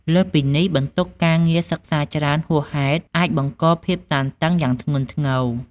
លើសពីនេះ បន្ទុកការងារសិក្សាច្រើនហួសហេតុអាចបង្កភាពតានតឹងយ៉ាងធ្ងន់ធ្ងរ។